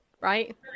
Right